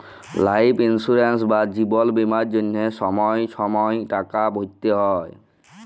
life insurance বা জিবল বীমার জ্যনহে ছময় ছময় টাকা ভ্যরতে হ্যয়